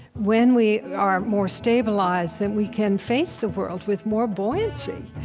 when we are more stabilized, then we can face the world with more buoyancy,